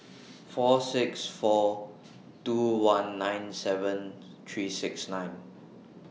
four six four two one nine seven three six nine